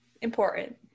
important